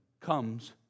comes